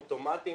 העוטף,